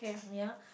ya